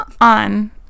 on